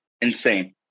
insane